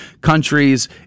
countries